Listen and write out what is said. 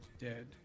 Dead